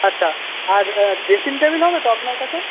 আচ্ছা আর dressing table হবে তো আপনার কাছে